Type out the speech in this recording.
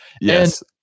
Yes